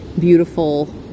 beautiful